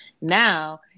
Now